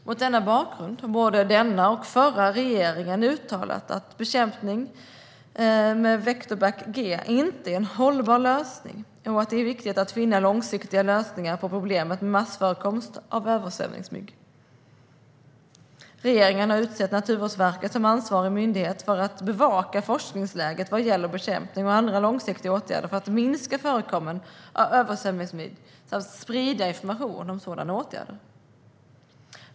Mot denna bakgrund har både den förra och den nuvarande regeringen uttalat att bekämpning med Vectobac G inte är en hållbar lösning och att det är viktigt att finna långsiktiga lösningar på problemet med massförekomst av översvämningsmygg. Regeringen har utsett Naturvårdsverket som ansvarig myndighet för att bevaka forskningsläget vad gäller bekämpning och andra långsiktiga åtgärder för att minska förekomsten av översvämningsmygg samt för att sprida information om sådana åtgärder.